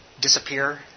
disappear